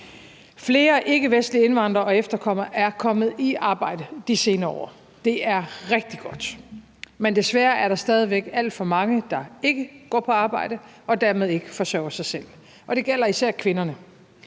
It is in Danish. Flere ikkevestlige indvandrere og efterkommere er kommet i arbejde de senere år. Det er rigtig godt. Men desværre er der stadig væk alt for mange, der ikke går på arbejde og dermed ikke forsørger sig selv, og det gælder især kvinderne.